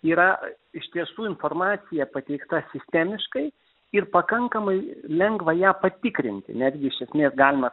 yra iš tiesų informacija pateikta sistemiškai ir pakankamai lengva ją patikrinti netgi iš esmės galima